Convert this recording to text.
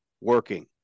working